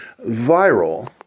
viral